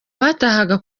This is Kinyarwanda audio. batahaga